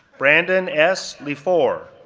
brandon s. lefore,